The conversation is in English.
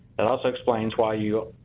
and also explains why you